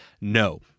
No